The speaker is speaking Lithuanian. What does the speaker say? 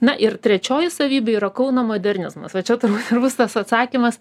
na ir trečioji savybė yra kauno modernizmas va čia turbūt ir bus tas atsakymas